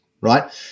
right